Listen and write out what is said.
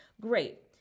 great